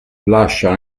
lascia